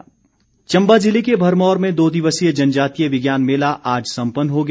विज्ञान मेला चम्बा ज़िले के भरमौर में दो दिवसीय जनजातीय विज्ञान मेला आज संपन्न हो गया